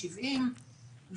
שבעים,